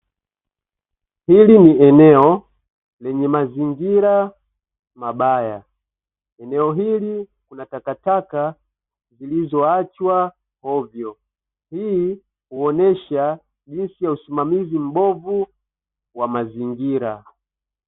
Hili ni eneo lenye mazingira mabaya, eneo hili kuna takataka zilizoachwa ovyo, hii huonesha jinsi ya usimamizi mbovu wa mazingira.